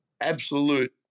absolute